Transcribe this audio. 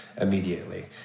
immediately